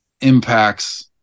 impacts